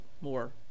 more